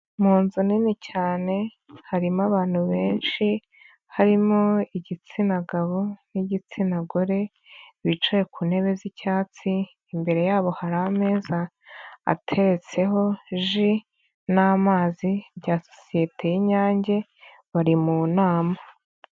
Mu nzu nini cyane harimo abantu benshi, harimo igitsina gabo n'igitsina gore, bicaye ku ntebe z'icyatsi, imbere yabo hari ameza ateretseho ji n'amazi bya sosiyete y'Inyange bari mu nama.